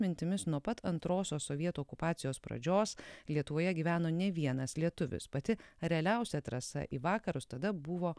mintimis nuo pat antrosios sovietų okupacijos pradžios lietuvoje gyveno ne vienas lietuvis pati realiausia trasa į vakarus tada buvo